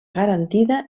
garantida